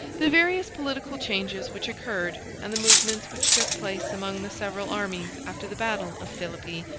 the various political changes which occurred, and the movements which took place among the several armies after the battle of philippi,